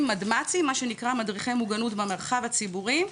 מדמצ"ים מה שנקרא מדריכי מוגנות במרחב הציבורי,